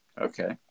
Okay